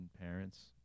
parents